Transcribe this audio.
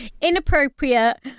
inappropriate